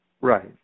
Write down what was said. Right